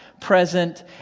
present